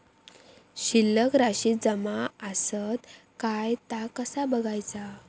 शिल्लक राशी जमा आसत काय ता कसा बगायचा?